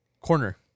Corner